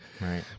right